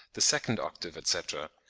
the second octave, etc,